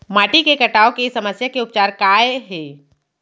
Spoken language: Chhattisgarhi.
माटी के कटाव के समस्या के उपचार काय हे?